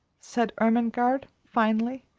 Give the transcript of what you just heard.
said ermengarde, finally,